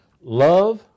Love